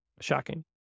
Shocking